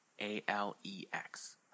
A-L-E-X